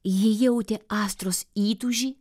ji jautė astros įtūžį